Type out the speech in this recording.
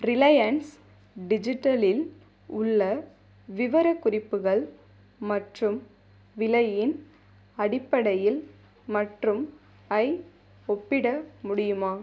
Reliance டிஜிட்டலில் உள்ள விவரக்குறிப்புகள் மற்றும் விலையின் அடிப்படையில் மற்றும் ஐ ஒப்பிட முடியுமா